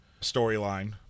storyline